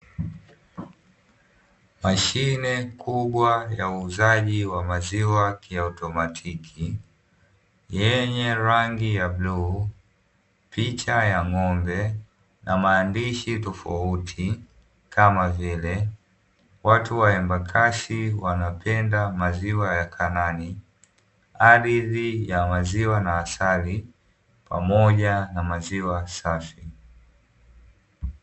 Mashine kubwa ya uuzaji wa maziwa ya kiautomatic yenye rangi ya bluu, picha ya ng'ombe na maandishi tofauti kama vile ''watu wa embakasi wanapenda maziwa ya kanani'' ardhi ya maziwa na asali pamoja na maziwa safi.